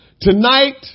Tonight